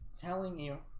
telling you